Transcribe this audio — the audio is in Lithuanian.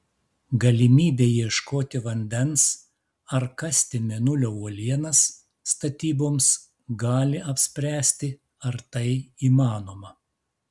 galimybė ieškoti vandens ar kasti mėnulio uolienas statyboms gali apspręsti ar tai įmanoma